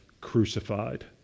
crucified